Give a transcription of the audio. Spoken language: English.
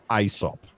Aesop